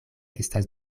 estas